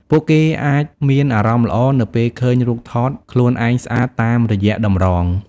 ពួកគេអាចមានអារម្មណ៍ល្អនៅពេលឃើញរូបថតខ្លួនឯងស្អាតតាមរយៈតម្រង។